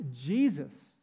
Jesus